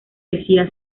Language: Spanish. decía